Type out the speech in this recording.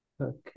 okay